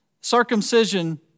circumcision